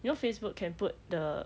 you know facebook can put the